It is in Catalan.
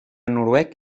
noruec